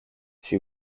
she